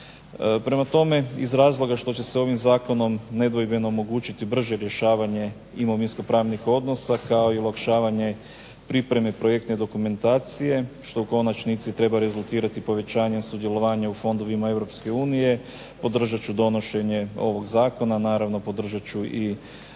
Prema tome, iz razloga što će se ovim zakonom nedvojbeno omogućiti brže rješavanje imovinskopravnih odnosa kao i olakšavanje pripreme projektne dokumentacije što u konačnici treba rezultirati povećanjem sudjelovanja u fondovima Europske unije podržat ću donošenje ovog zakona. Naravno podržat ću i